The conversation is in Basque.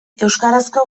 euskarazko